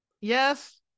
Yes